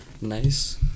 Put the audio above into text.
Nice